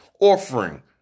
offering